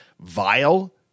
vile